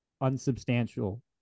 unsubstantial